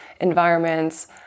environments